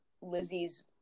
lizzie's